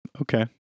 Okay